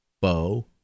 bow